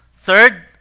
Third